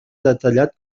detallat